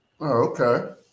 okay